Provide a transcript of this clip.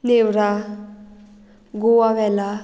Neora Goa Vela